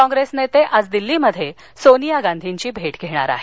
कॉप्रेस नेते आज दिल्लीत सोनिया गांधींची भेट घेणार आहेत